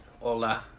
hola